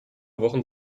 wochen